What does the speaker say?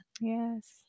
Yes